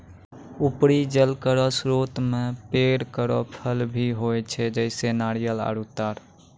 उपरी जल केरो स्रोत म पेड़ केरो फल भी होय छै, जैसें नारियल आरु तार